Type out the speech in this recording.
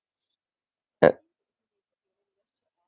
at